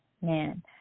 Man